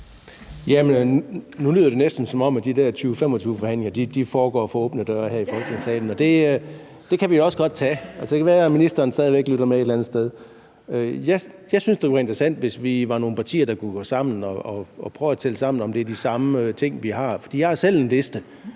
Nu lyder det næsten, som om de der forhandlinger om 2025-målet foregår for åbne døre her i Folketingssalen, og det kan vi også godt gøre. Det kan være, at ministeren stadig væk lytter med et eller andet sted. Jeg synes, det kunne være interessant, hvis vi var nogle partier, der kunne gå sammen og prøve at tælle sammen og se, om det er de samme ting, vi har på listen. For jeg har selv en liste,